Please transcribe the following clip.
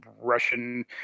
Russian